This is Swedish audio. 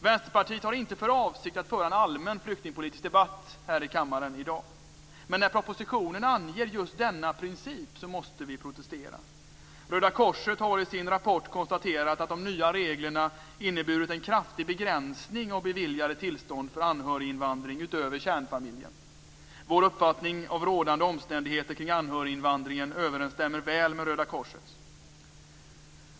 Vänsterpartiet har inte för avsikt att föra en allmän flyktingpolitisk debatt i kammaren i dag, men när man i propositionen anger just denna princip måste vi protestera. Röda korset har i sin rapport konstaterat att de nya reglerna inneburit en kraftig begränsning av beviljade tillstånd för anhöriginvandring utöver kärnfamiljen. Vår uppfattning av rådande omständigheter kring anhöriginvandringen överensstämmer väl med Röda korsets.